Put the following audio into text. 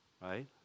right